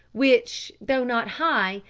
which, though not high,